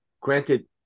granted